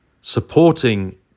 supporting